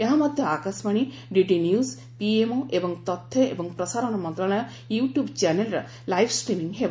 ଏହା ମଧ୍ୟ Akashvani DD news PMO ଏବଂ ତଥ୍ୟ ଏବଂ ପ୍ରସାରଣ ମନ୍ତ୍ରଣାଳୟ ୟଟ୍ୟବ୍ ଚ୍ୟାନେଲ୍ରେ ଲାଇବ୍ ଷ୍ଟ୍ରିମିଂ ହେବ